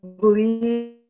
believe